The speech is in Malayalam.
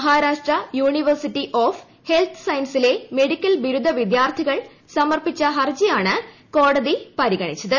മഹാരാഷ്ട്ര യൂണിവേഴ്സിറ്റി ഓഫ് ഹെൽത്ത് സയൻസിലെ മെഡിക്കൽ ബിരുദവിദ്യാർത്ഥികൾ സമർപ്പിച്ച ഹർജിയാണ് കോടതി പരിഗണിച്ചത്